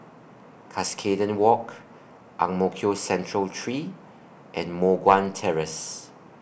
Cuscaden Walk Ang Mo Kio Central three and Moh Guan Terrace